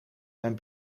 mijn